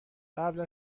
قبل